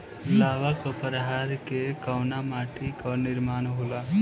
लावा क प्रवाह से कउना माटी क निर्माण होला?